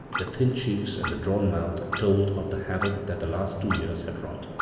the thin cheeks, and the drawn mouth told of the havoc that the last two years had wrought